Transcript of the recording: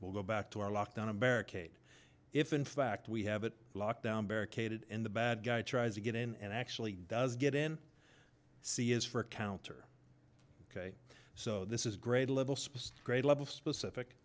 we'll go back to our lockdown a barricade if in fact we have it locked down barricaded in the bad guy tries to get in and actually does get in c is for a counter ok so this is grade level specific